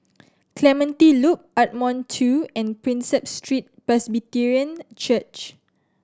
Clementi Loop Ardmore Two and Prinsep Street Presbyterian Church